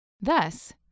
Thus